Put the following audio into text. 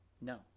No